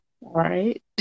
Right